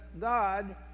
God